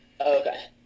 Okay